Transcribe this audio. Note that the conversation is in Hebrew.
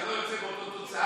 רק זה לא יוצא באותה תוצאה,